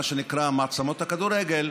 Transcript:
מה שנקרא מעצמות הכדורגל,